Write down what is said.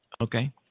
Okay